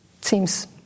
seems